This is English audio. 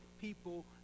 people